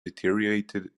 deteriorated